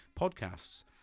podcasts